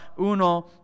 uno